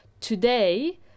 Today